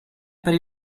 per